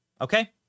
Okay